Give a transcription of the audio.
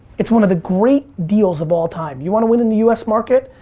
it's one of the great deals of all time. you wanna win in the u s. market?